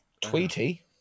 tweety